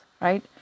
right